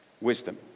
Wisdom